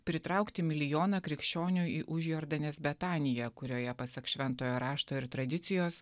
pritraukti milijoną krikščionių į užjordanės betaniją kurioje pasak šventojo rašto ir tradicijos